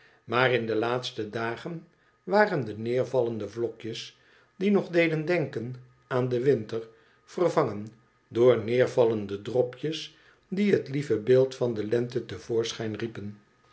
maar in de laatste dagen waren de neervallende vlokjes die nog deden denken aan den winter vervangen door neervallende dropjes die het lieve beeld van de lente te voorschijn riepen